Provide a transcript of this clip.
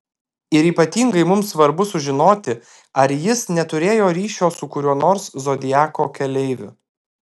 ir ypatingai mums svarbu sužinoti ar jis neturėjo ryšio su kuriuo nors zodiako keleiviu